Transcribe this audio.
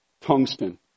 tungsten